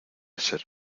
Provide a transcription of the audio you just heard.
ser